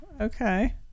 okay